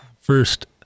first